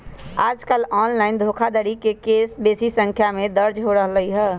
याजकाल ऑनलाइन धोखाधड़ी के केस बेशी संख्या में दर्ज हो रहल हइ